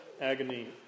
agony